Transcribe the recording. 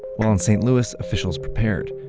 while in st. louis, officials prepared.